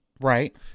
Right